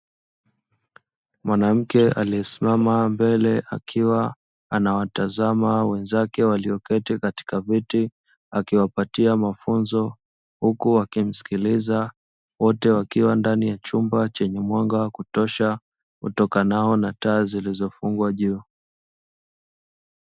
Mwanamke aliyesimama mbele akiwa anawatazama wenzake walioketi katika viti, akiwapatia mafunzo, huku wakimsikiliza wote wakiwa ndani ya chumba chenye mwaga kutosha utokanao na taa zilizofungwa juu.